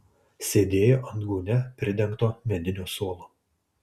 sėdėjo ant gūnia pridengto medinio suolo